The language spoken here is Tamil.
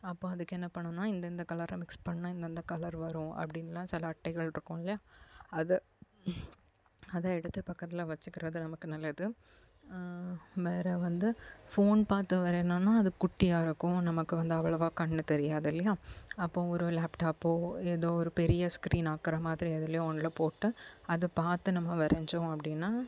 அப்போது அதுக்கு என்ன பண்ணணும்னால் இந்த இந்த கலரை மிக்ஸ் பண்ணால் இந்தந்த கலர் வரும் அப்படின்லாம் சில அட்டைகள் இருக்கும் இல்லையா அதை அதை எடுத்து பக்கத்தில் வச்சிக்கிறது நமக்கு நல்லது வேற வந்து ஃபோன் பார்த்து வரையணும்னால் அது குட்டியாக இருக்கும் நமக்கு வந்து அவ்வளோவா கண் தெரியாது இல்லையா அப்போ ஒரு லேப்டாப்போ ஏதோ ஒரு பெரிய ஸ்க்ரீன் ஆக்குகிற மாதிரி எதிலயோ ஒன்ல போட்டு அதை பார்த்து நம்ம வரைஞ்சோம் அப்படினா